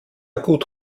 gut